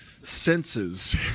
Senses